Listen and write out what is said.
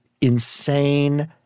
insane